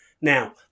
Now